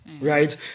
Right